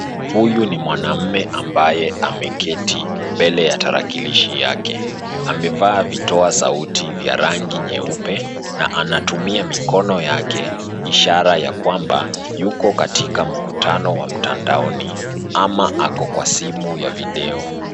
Huyu ni mwanaume ambaye ameketi mbele ya tarakilishi yake. Amevaa vitoa sauti vya rangi nyeupe na anatumia mikono yake, ishara ya kwamba yuko katika mkutano wa mtandaoni ama ako kwa simu ya video.